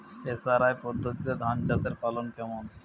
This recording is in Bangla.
এস.আর.আই পদ্ধতিতে ধান চাষের ফলন কেমন?